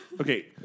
Okay